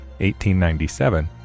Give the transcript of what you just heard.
1897